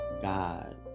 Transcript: God